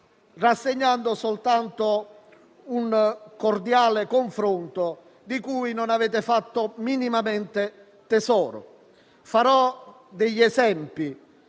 rassegnando soltanto un cordiale confronto di cui non avete fatto minimamente tesoro. Farò degli esempi,